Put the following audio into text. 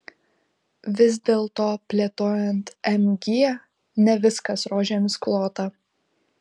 vis dėlto plėtojant mg ne viskas rožėmis klota